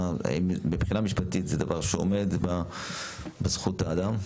האם מבחינה משפטית זה דבר שעומד בזכות האדם?